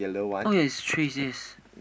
oh yes it's trees yes